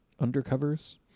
undercovers